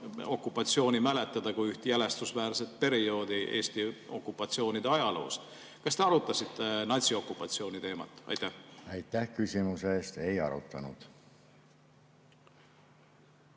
okupatsiooni kui üht jälestusväärset perioodi Eesti okupatsioonide ajaloos. Kas te arutasite natsiokupatsiooni teemat? Aitäh küsimuse eest! Ei arutanud.